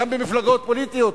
גם במפלגות פוליטיות,